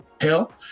Hell